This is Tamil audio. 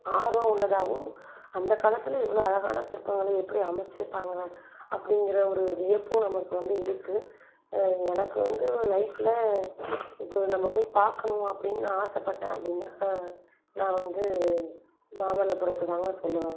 ஆர்வம் உள்ளதாகவும் அந்த காலத்தில் இவ்வளோ அழகான சிற்பங்களை எப்படி அமைத்திருப்பாங்க அப்படிங்கற ஒரு வியப்பும் நமக்கு வந்து இருக்கு எனக்கு வந்து லைஃப்பில் இப்போ நம்ம போய் பார்க்கணும் அப்படினு நான் ஆசைப்பட்டேன் அப்படினா நான் வந்து மாமல்லபுரத்தைதாங்க சொல்லுவேன்